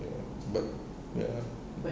but ya